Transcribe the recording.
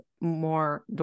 more